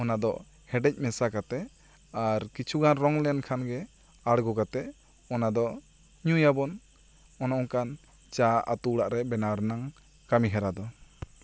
ᱚᱱᱟ ᱫᱚ ᱦᱮᱰᱮᱡ ᱢᱮᱥᱟ ᱠᱟᱛᱮᱜ ᱟᱨ ᱠᱤᱪᱷᱩ ᱜᱟᱱ ᱨᱚᱝ ᱞᱮᱱ ᱠᱷᱟᱱ ᱜᱮ ᱟᱬᱜᱚ ᱠᱟᱛᱮᱜ ᱚᱱᱟ ᱫᱚ ᱧᱩᱭ ᱟᱵᱚᱱ ᱚᱱᱮ ᱚᱱᱠᱟᱱ ᱪᱟ ᱟᱛᱳ ᱚᱲᱟᱜ ᱨᱮ ᱵᱮᱱᱟᱣ ᱨᱮᱱᱟᱝ ᱠᱟᱹᱢᱤ ᱦᱚᱨᱟ ᱫᱚ